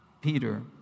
Peter